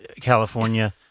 California